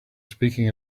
speaking